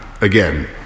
again